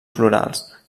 florals